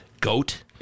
Goat